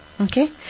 okay